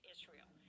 Israel